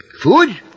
Food